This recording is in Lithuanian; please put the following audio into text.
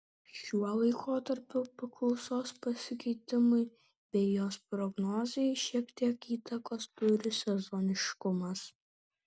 šiuo laikotarpiu paklausos pasikeitimui bei jos prognozei šiek tiek įtakos turi sezoniškumas